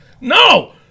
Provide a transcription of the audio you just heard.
No